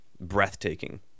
breathtaking